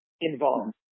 involved